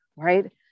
right